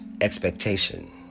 expectation